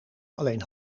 alleen